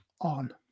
on